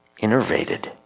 innervated